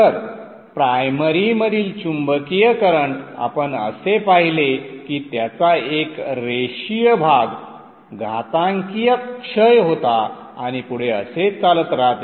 तर प्राइमरी मधील चुंबकीय करंट आपण असे पाहिले की त्याचा एक रेषीय भाग घातांकीय क्षय होता आणि पुढे असेच चालत राहते